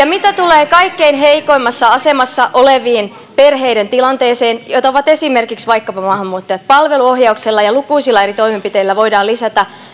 mitä tulee kaikkein heikoimmassa asemassa olevien perheiden tilanteeseen joita ovat esimerkiksi maahanmuuttajat palveluohjauksella ja lukuisilla eri toimenpiteillä voidaan lisätä